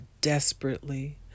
desperately